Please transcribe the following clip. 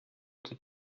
the